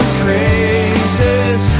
praises